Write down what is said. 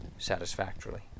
satisfactorily